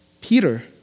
Peter